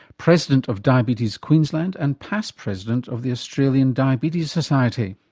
president of diabetes queensland and past president of the australian diabetes society.